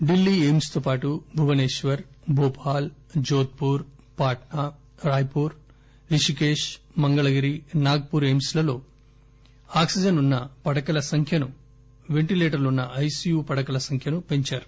ఢిల్లీ ఎయిమ్ప్ తో పాటు Bhubaneswar Bhopal Jodhpur Patna Raipur Rishikesh Mangalagiri Nagpur AIIMS లలో ఆక్సిజన్ ఉన్న పడకల సంఖ్యను పెంటిలేటర్లు ఉన్న ఐసియూ పడకల సంఖ్యను పెంచారు